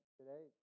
today